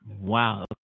Wow